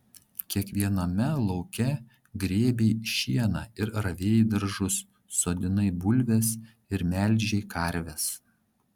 kiekviename lauke grėbei šieną ir ravėjai daržus sodinai bulves ir melžei karves